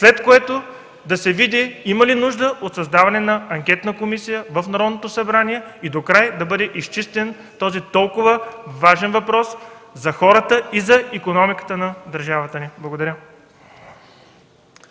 след което да се види има ли нужда от създаване на анкетна комисия в Народното събрание и този толкова важен въпрос за хората и за икономиката на държавата да